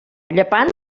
llepant